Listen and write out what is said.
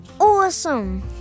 awesome